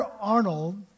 Arnold